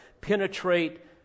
penetrate